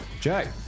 Jack